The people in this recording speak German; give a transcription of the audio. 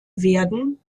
werden